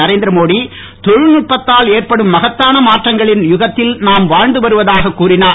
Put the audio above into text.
நரேந்திர மோடி தொழில் நுட்பத்தால் ஏற்படும் மகத்தான மாற்றங்களின் யுகத்தில் நாம் வாழ்ந்து வருவதாக கூறினார்